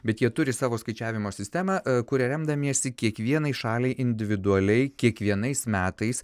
bet jie turi savo skaičiavimo sistemą kuria remdamiesi kiekvienai šaliai individualiai kiekvienais metais